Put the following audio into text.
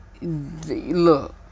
look